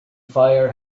fire